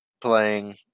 playing